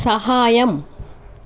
సహాయం